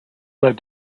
led